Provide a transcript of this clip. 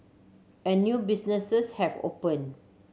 and new businesses have opened